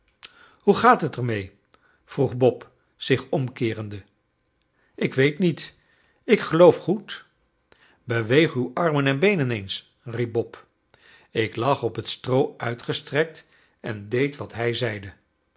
hoe gaat het ermee vroeg bob zich omkeerende ik weet niet ik geloof goed beweeg uw armen en beenen eens riep bob ik lag op het stroo uitgestrekt en deed wat hij zeide